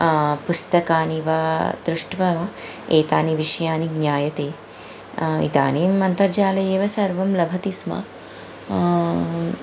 पुस्तकानि वा दृष्ट्वा एतानि विषयानि ज्ञायते इदानीम् अन्तर्जाले एव सर्वं लभति स्म